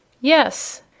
Yes